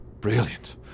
Brilliant